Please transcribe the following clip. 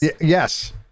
Yes